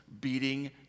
beating